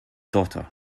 daughter